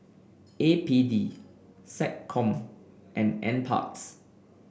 A P D SecCom and NParks